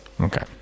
Okay